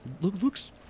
Looks